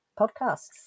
podcasts